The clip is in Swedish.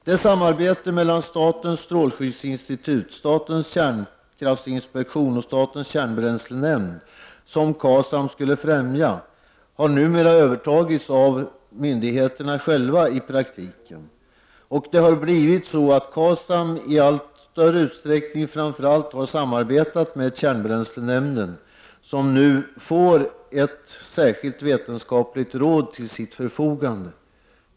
Det samarbete mellan statens strålskyddsinstitut, statens kärnkraftsinspektion och statens kärnbränslenämnd som KASAM hade till uppgift att främja har numera i praktiken övertagits av myndigheterna själva. KASAM har i allt större utsträckning samarbetat med framför allt kärnbränslenämnden, som nu får ett särskilt vetenskapligt råd till sitt förfogande.